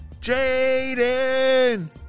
Jaden